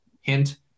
hint